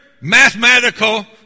mathematical